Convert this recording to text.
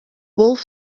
wolf